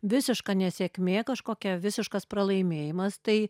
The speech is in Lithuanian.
visiška nesėkmė kažkokia visiškas pralaimėjimas tai